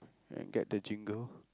and get the jingle